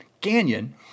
Canyon